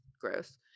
Gross